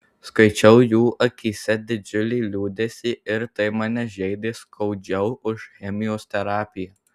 skaičiau jų akyse didžiulį liūdesį ir tai mane žeidė skaudžiau už chemijos terapiją